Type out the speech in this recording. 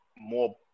more